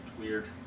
Weird